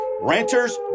Renters